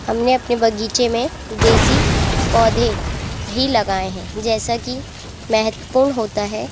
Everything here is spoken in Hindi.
हमने अपने बगीचे में देसी पौधे ही लगाए हैं जैसा कि महत्वपूर्ण होता है